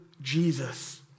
Jesus